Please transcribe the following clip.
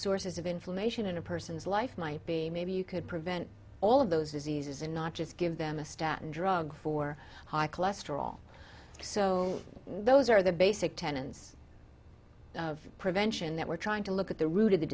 sources of inflammation in a person's life might be maybe you could prevent all of those diseases and not just give them a staton drug for high cholesterol so those are the basic tenants of prevention that we're trying to look at the root of the